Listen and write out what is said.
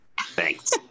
Thanks